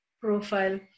profile